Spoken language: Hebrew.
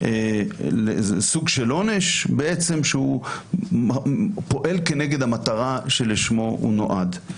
שזה סוג של עונש שפועל כנגד המטרה שלשמה הוא נועד.